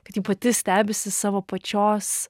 kad ji pati stebisi savo pačios